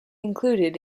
included